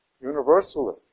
universally